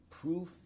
proof